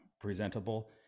presentable